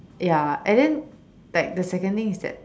ya and then like the second thing is that